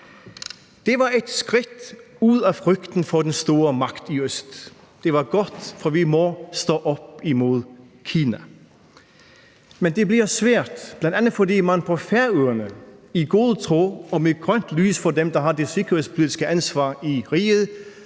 Det var et skridt ud af frygten for den store magt i øst. Det var godt, for vi må stå op imod Kina. Men det bliver svært, bl.a. fordi man på Færøerne i god tro og med grønt lys fra dem, der har det sikkerhedspolitiske ansvar i riget,